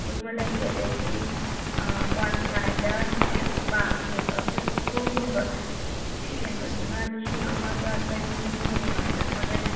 ꯑꯗꯨꯃ ꯂꯩꯒ꯭ꯔꯦ ꯑꯗꯒꯤꯗꯤ ꯋꯥꯟ ꯄ꯭ꯂꯥꯏꯗ ꯃꯨꯀꯥ ꯐꯦꯟꯕ ꯑꯩꯈꯣꯏ ꯈꯨꯔꯈꯨꯜꯒꯨꯝꯕ ꯐꯦꯟꯕꯗꯨꯅ ꯂꯤꯁꯤꯡ ꯑꯃꯒ ꯆꯅꯤ ꯆꯍꯨꯝ ꯑꯗꯨꯃꯥꯏꯅ ꯊꯥꯖꯩ